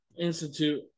institute